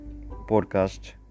podcast